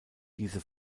diese